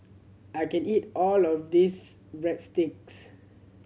I can't eat all of this Breadsticks